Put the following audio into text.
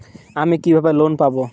আমি কিভাবে লোন পাব?